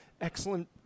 excellent